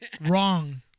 Wrong